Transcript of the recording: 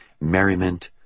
merriment